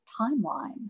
timeline